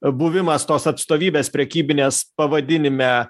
buvimas tos atstovybės prekybinės pavadinime